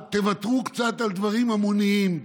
תוותרו קצת על דברים המוניים?